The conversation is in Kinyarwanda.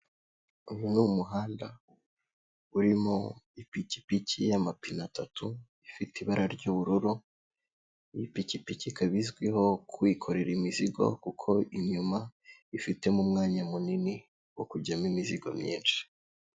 Uyu ni umuhanda, urimo ipikipiki y'amapine atatu, ifite ibara ry'ubururu, iyi pikipiki, ikaba izwiho ku kwiyikorera imizigo, kuko inyuma ifitemo umwanya munini wo kujyamo imizigo myinshi.